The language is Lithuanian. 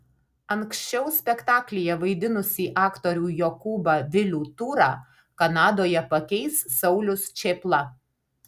anksčiau spektaklyje vaidinusį aktorių jokūbą vilių tūrą kanadoje pakeis saulius čėpla